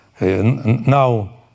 now